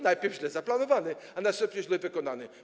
Najpierw źle zaplanowany, a następnie źle wykonany.